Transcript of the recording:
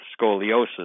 scoliosis